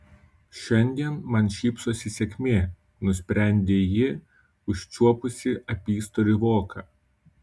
šiandien man šypsosi sėkmė nusprendė ji užčiuopusi apystorį voką